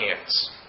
hands